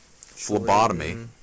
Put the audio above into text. Phlebotomy